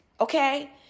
okay